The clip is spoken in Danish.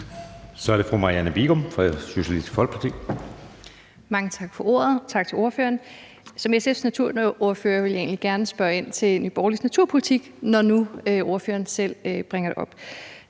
Kl. 13:22 Marianne Bigum (SF): Mange tak for ordet, og tak til ordføreren. Som SF's naturordfører vil jeg egentlig gerne spørge til Nye Borgerliges naturpolitik, når nu ordføreren selv bringer det op.